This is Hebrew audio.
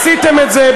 עשיתם את זה,